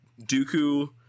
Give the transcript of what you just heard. Dooku